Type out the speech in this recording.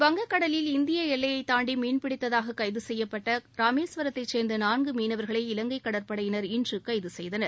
வங்கக் கடலில் இந்திய எல்லையைத் தாண்டி மீன்பிடித்ததாக கைது செய்யப்பட்ட இராமேஸ்வரத்தை சேர்ந்த நான்கு மீனவர்களை இவங்கை கடற்படையினர் இன்று கைது செய்தனர்